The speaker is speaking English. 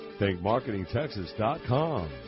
ThinkMarketingTexas.com